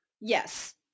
Yes